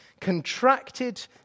contracted